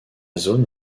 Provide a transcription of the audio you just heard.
zone